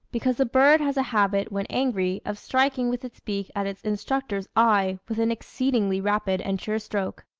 because the bird has a habit, when angry, of striking with its beak at its instructor's eye with an exceedingly rapid and sure stroke.